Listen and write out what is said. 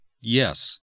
yes